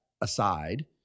aside